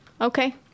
Okay